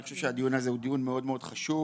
אני חושב שהדיון הזה הוא מאוד מאוד חשוב.